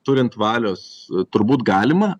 turint valios turbūt galima